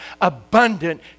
abundant